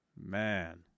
man